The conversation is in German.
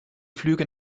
flüge